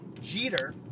Jeter